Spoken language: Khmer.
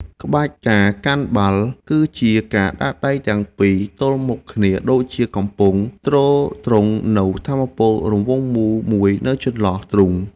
ក្បាច់ ការកាន់បាល់ គឺជាការដាក់ដៃទាំងពីរទល់មុខគ្នាដូចជាកំពុងទ្រទ្រង់នូវថាមពលរង្វង់មូលមួយនៅចន្លោះទ្រូង។